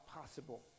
possible